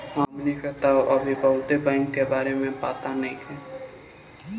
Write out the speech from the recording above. हमनी के तऽ अभी बहुत बैंक के बारे में पाता नइखे